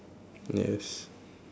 yes